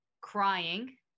crying